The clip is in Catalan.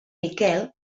miquel